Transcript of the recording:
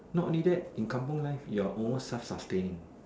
not only that in Kampung life you are almost self sustaining